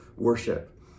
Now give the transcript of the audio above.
worship